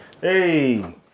Hey